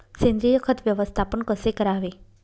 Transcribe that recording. सेंद्रिय खत व्यवस्थापन कसे करावे?